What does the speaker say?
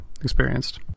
experienced